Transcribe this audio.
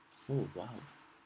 oh !wow!